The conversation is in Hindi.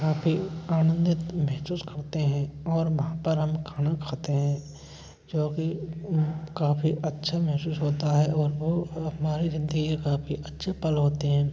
काफ़ी आनंदित महसूस करते हैं और वहाँ पर हम खाना खाते हैं जो कि उह काफ़ी अच्छा महसूस होता है और वो हमारी ज़िन्दगी के काफ़ी अच्छे पल होते हैं